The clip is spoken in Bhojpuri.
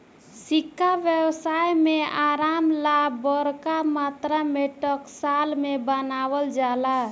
सिक्का व्यवसाय में आराम ला बरका मात्रा में टकसाल में बनावल जाला